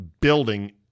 building